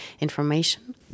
information